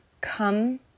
come